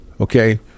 Okay